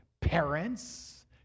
parents